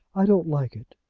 i don't like it.